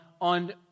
on